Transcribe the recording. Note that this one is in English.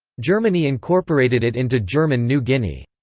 germany incorporated it into german new guinea.